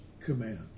command